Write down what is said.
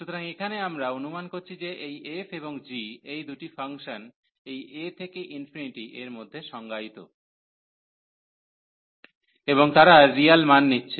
সুতরাং এখানে আমরা অনুমান করছি যে এই f এবং g এই দুটি ফাংশন এই a থেকে এর মধ্যে সংজ্ঞায়িত এবং তারা রিয়াল মান নিচ্ছে